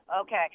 Okay